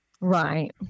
Right